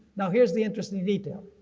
now here's the interesting detail.